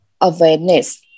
awareness